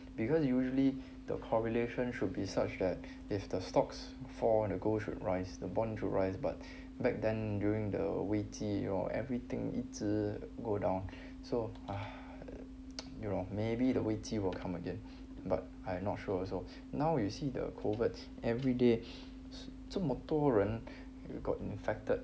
because usually the correlation should be such that if the stocks fall the gold should rise the bond should rise but back then during the 危机 or everything 一直 go down so you know maybe the 危机 will come again but I not sure so now you see the COVID everyday 这么多人 got infected